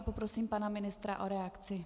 Poprosím pana ministra o reakci.